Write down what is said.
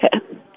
Okay